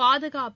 பாதுகாப்பு